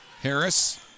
Harris